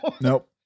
Nope